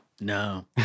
No